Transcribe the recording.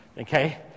okay